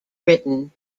written